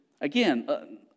Again